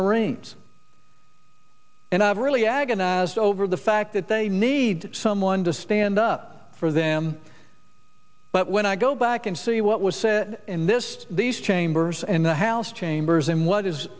marines and i really agonize over the fact that they need someone to stand up for them but when i go back and see what was said in this these chambers and the house chambers and what